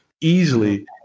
easily